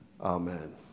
Amen